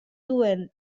duen